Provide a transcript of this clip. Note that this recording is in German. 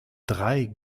drei